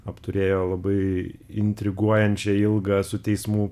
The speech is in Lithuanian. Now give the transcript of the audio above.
apturėjo labai intriguojančią ilgą su teismų